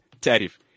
tariff